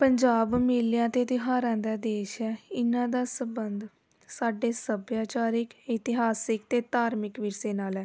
ਪੰਜਾਬ ਮੇਲਿਆਂ ਅਤੇ ਤਿਉਹਾਰਾਂ ਦਾ ਦੇਸ਼ ਹੈ ਇਹਨਾਂ ਦਾ ਸਬੰਧ ਸਾਡੇ ਸੱਭਿਆਚਾਰਿਕ ਇਤਿਹਾਸਿਕ ਅਤੇ ਧਾਰਮਿਕ ਵਿਰਸੇ ਨਾਲ ਹੈ